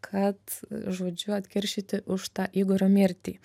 kad žodžiu atkeršyti už tą igorio mirtį